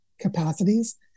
capacities